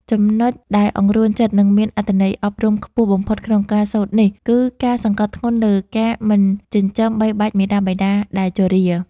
ចំណុចដែលអង្រួនចិត្ត និងមានអត្ថន័យអប់រំខ្ពស់បំផុតក្នុងការសូត្រនេះ គឺការសង្កត់ធ្ងន់លើការមិនចិញ្ចឹមបីបាច់មាតាបិតាដែលជរា។